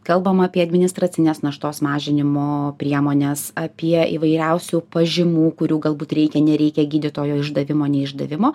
kalbam apie administracinės naštos mažinimo priemones apie įvairiausių pažymų kurių galbūt reikia nereikia gydytojo išdavimo ne išdavimo